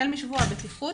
החל משבוע הבטיחות,